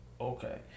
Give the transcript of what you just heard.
Okay